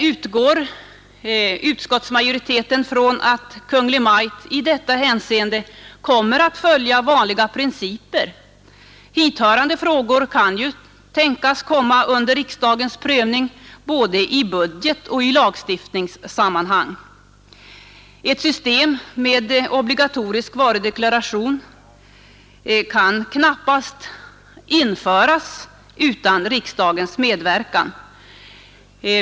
Utskottsmajoriteten utgår från att Kungl. Maj:t i detta hänseende kommer att följa vanliga principer. Hithörande frågor kan ju tänkas komma under riksdagens prövning både i budgetoch i lagstiftningssammanhang. Ett system med obligatorisk varudeklaration kan knappast införas utan riksdagens medverkan.